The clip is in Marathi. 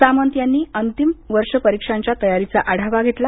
सामंत यांनी अंतिम वर्ष परीक्षांच्या तयारीचा आढावा घेतला